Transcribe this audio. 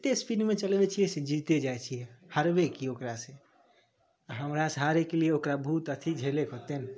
एतेक स्पीडमे चलबै छिए जे जितै जाइ छी हारबै कि ओकरासे हमरासे हारैके लिए ओकरा बहुत अथी झेलैके होतनि